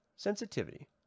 Sensitivity